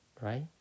Right